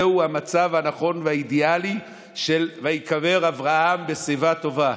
זהו המצב הנכון והאידיאלי של וייקבר אברהם בשיבה טובה.